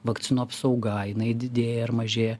vakcinų apsauga jinai didėja ar mažėja